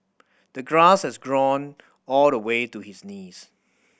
the grass had grown all the way to his knees